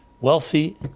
wealthy